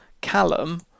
Callum